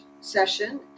session